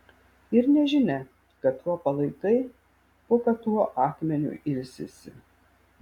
ir nežinia katro palaikai po katruo akmeniu ilsisi